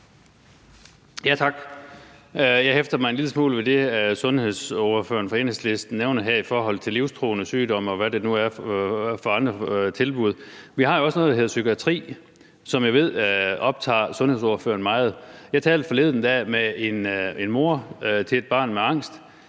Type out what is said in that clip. Jeg hæfter mig en lille smule ved det, sundhedsordføreren for Enhedslisten nævner her i forhold til livstruende sygdomme, og hvad det nu er for nogle andre tilbud. Vi har jo også noget, der hedder psykiatri, som jeg ved optager sundhedsordføreren meget. Jeg talte forleden dag med en mor til et barn med angst,